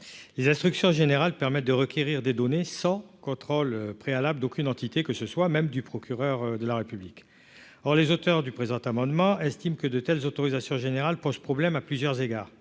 les instructions générales permettent de requérir des données sans contrôle préalable d'aucune entité, que ce soit même du procureur de la République, alors les auteurs du présent amendement estime que de telles autorisations générales pose problème à plusieurs égards,